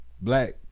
black